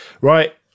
Right